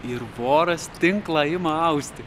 ir voras tinklą ima austi